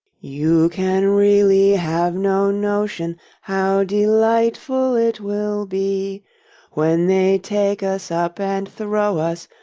you can really have no notion how delightful it will be when they take us up and throw us,